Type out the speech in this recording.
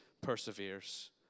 perseveres